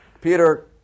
Peter